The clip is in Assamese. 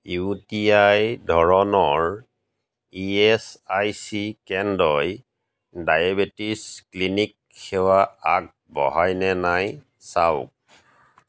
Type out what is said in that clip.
ইউ টি আই ধৰণৰ ই এছ আই চি কেন্দ্ৰই ডায়েবেটিছ ক্লিনিক সেৱা আগবঢ়ায়নে নাই চাওক